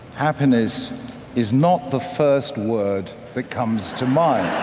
happiness is not the first word that comes to mind.